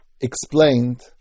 explained